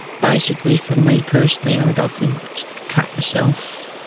basically for me personally i'd often cut myself,